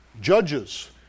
Judges